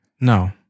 No